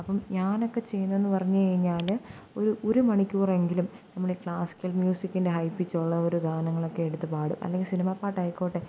അപ്പം ഞാനൊക്കെ ചെയ്യുന്നേന്ന്പറഞ്ഞുകഴിഞ്ഞാല് ഒരു ഒരു മണിക്കൂറെങ്കിലും നമ്മള് ക്ലാസിക്കല് മുസിക്കിന്റെ ഹൈ പിച്ചുള്ള ഒരു ഗാനങ്ങളൊക്കെ എടുത്തുപാടും അല്ലെങ്കിൽ സിനിമാ പാട്ടയിക്കോട്ടേ